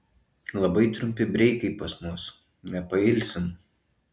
labai trumpi breikai pas mus nepailsim